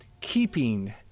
keeping